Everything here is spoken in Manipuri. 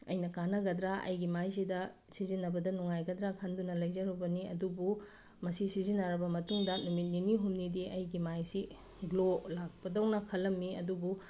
ꯑꯩꯅ ꯀꯥꯟꯅꯒꯗ꯭ꯔ ꯑꯩꯒꯤ ꯃꯥꯏꯁꯤꯗ ꯁꯤꯖꯤꯟꯅꯕꯗ ꯅꯨꯡꯉꯥꯏꯒꯗ꯭ꯔꯥ ꯈꯟꯗꯨꯅ ꯂꯩꯖꯔꯨꯕꯅꯤ ꯑꯗꯨꯕꯨ ꯃꯁꯤ ꯁꯤꯖꯤꯟꯅꯔꯕ ꯃꯇꯨꯡꯗ ꯅꯨꯃꯤꯠ ꯅꯤꯅꯤ ꯍꯨꯝꯅꯤꯗꯤ ꯑꯩꯒꯤ ꯃꯥꯏꯁꯤ ꯒ꯭ꯂꯣ ꯂꯥꯛꯄꯗꯧꯅ ꯈꯜꯂꯝꯃꯤ ꯑꯗꯨꯕꯨ